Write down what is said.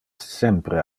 sempre